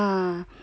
yeah